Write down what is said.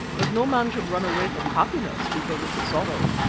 but no man should run away from happiness because of the sorrow.